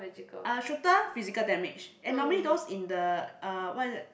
uh shooter physical damage and normally those in the uh what is that